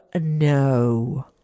no